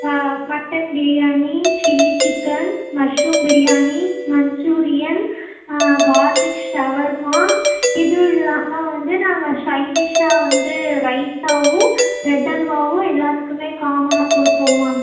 mutton biryani chilli chicken mushroom biryani manchurian garlic shawarma இது இல்லாமல் வந்து நாங்கள் சைட்டிஷ்ஷாக வந்து ரைத்தாவும் ப்ரெட் அல்வாவும் எல்லாத்துக்குமே காமனாக கொடுப்போம் மேம்